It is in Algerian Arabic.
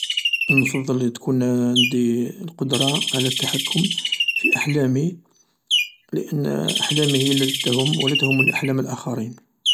نفضل تكون عندي القدرة على التحكم في أحلامي لان أحلامي هي التي تهم و لا تهمني أحلام الآخرين.